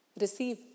receive